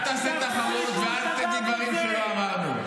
אל תעשה תחרות ואל תגיד דברים שלא אמרנו.